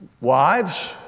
wives